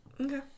Okay